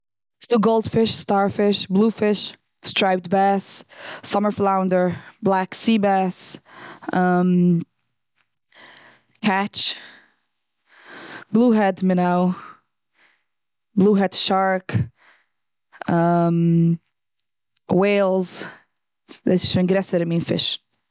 ס'דא גאלד פיש, סטאר פיש, בלוי פיש, סטרייפט בעס, סאמער פלאונדער, בלעק סי בעס, קעטש, בלוי העד מינהאול, בלוי העד שארק, וועילס. דאס איז שוין גרעסערס מין פיש.